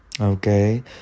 Okay